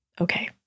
okay